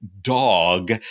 dog